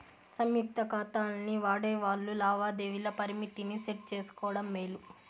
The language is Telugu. సంయుక్త కాతాల్ని వాడేవాల్లు లావాదేవీల పరిమితిని సెట్ చేసుకోవడం మేలు